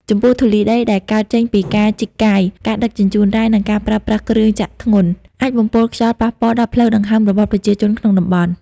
ចំពោះធូលីដីដែលកើតចេញពីការជីកកាយ ការដឹកជញ្ជូនរ៉ែ និងការប្រើប្រាស់គ្រឿងចក្រធ្ងន់ អាចបំពុលខ្យល់ប៉ះពាល់ដល់ផ្លូវដង្ហើមរបស់ប្រជាជនក្នុងតំបន់។